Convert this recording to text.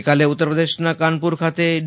ગઈ કાલે ઉત્તરપ્રદેશના કાનપુર ખાતે ડી